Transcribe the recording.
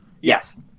Yes